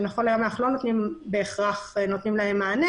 שהיום אנחנו לא נותנים להם מענה,